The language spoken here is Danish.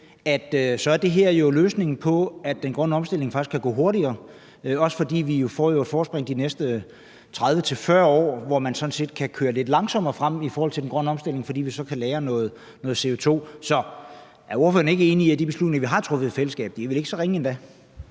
er det her jo løsningen, og så kan den grønne omstilling faktisk gå hurtigere, for vi får jo så også et forspring i de næste 30-40 år, hvor man sådan set kan køre lidt langsommere frem i forhold til den grønne omstilling, fordi vi så kan lagre noget CO2. Så er ordføreren ikke enig i, at de beslutninger, vi har truffet i fællesskab, vel ikke er så ringe endda?